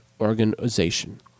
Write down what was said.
organization